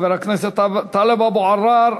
חבר הכנסת טלב אבו עראר,